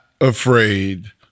afraid